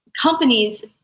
companies